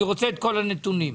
כן,